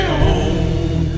home